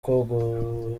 guhura